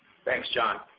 thanks john.